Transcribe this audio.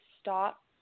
stop